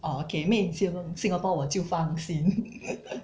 orh okay made in singa~ singapore 我就放心